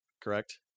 correct